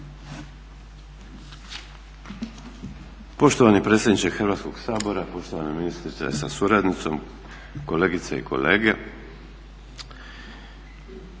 Poštovani predsjedniče Hrvatskog sabora, poštovana ministrice sa suradnicom, kolegice i kolege.